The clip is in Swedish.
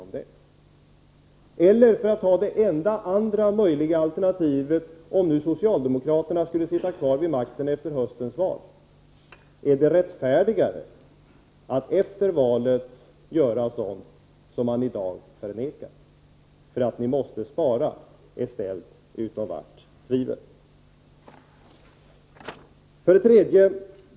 Eller är det — för att ta det andra möjliga alternativet om nu socialdemokraterna skulle sitta kvar vid makten efter höstens val — rättfärdigare att efter valet göra sådant som man i dag förnekar? Att ni måste spara är ställt utom allt tvivel.